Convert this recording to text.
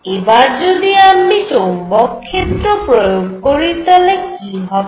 এবার যদি আমি চৌম্বক ক্ষেত্র প্রয়োগ করি কি হবে